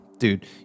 Dude